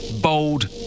bold